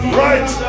right